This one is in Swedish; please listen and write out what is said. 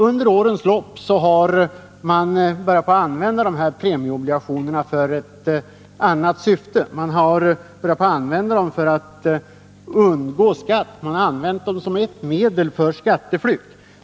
Under årens lopp har man börjat använda premieobligationerna för ett annat syfte, nämligen för att undgå skatt, som ett medel för skatteflykt.